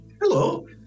Hello